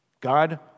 God